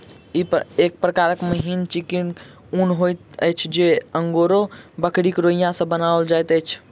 ई एक प्रकारक मिहीन चिक्कन ऊन होइत अछि जे अंगोरा बकरीक रोंइया सॅ बनाओल जाइत अछि